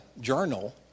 journal